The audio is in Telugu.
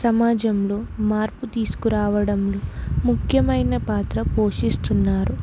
సమాజంలో మార్పు తీసుకురావడంలో ముఖ్యమైన పాత్ర పోషిస్తున్నారు